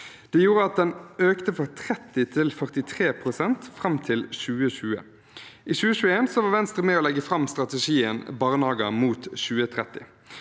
Det gjorde at den økte fra 30 til 43 pst. fram til 2020. I 2021 var Venstre med på å legge fram strategien Barnehager mot 2030.